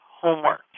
homework